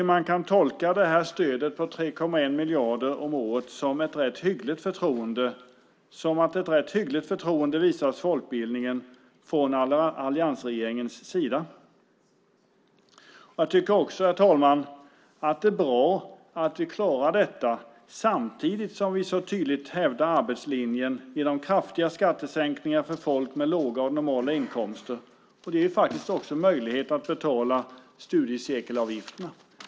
Man kan tolka stödet på 3,1 miljarder om året som att ett rätt hyggligt förtroende visas folkbildningen från alliansregeringens sida. Det är också bra att vi klarar detta samtidigt som vi så tydligt hävdar arbetslinjen genom kraftiga skattesänkningar för människor med låga och normala inkomster. Det ger också möjlighet att betala studiecirkelavgifterna.